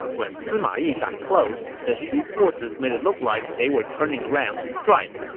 when sima yi got close, the shu forces made it look like they were turning around to strike.